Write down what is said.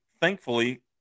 thankfully